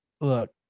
Look